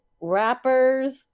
rappers